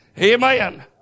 Amen